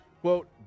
quote